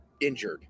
injured